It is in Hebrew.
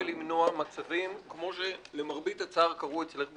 ולמנוע מצבים כמו שלמרבה הצער קרו אצלך במשפחה,